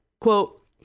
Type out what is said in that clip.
Quote